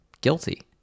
guilty